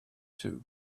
too